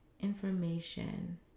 information